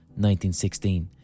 1916